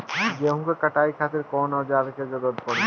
गेहूं के कटाई खातिर कौन औजार के जरूरत परी?